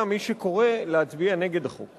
נגד החוק.